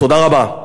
תודה רבה.